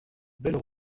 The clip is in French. belle